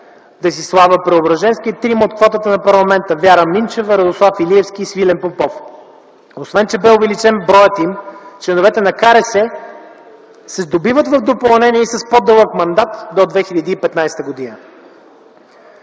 Десислава Преображанска, и трима от квотата на парламента – Вяра Минчева, Радослав Илиевски и Свилен Попов. Освен, че бе увеличен броят им, членовете на КРС се сдобиват в допълнение и с по-дълъг мандат до 2015г.